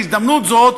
בהזדמנות זאת,